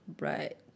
Right